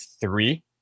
three